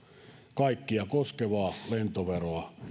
kaikkia koskevaa lentoveroa